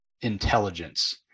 intelligence